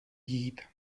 jít